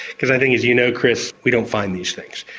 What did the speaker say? because i think, as you know chris, we don't find these things.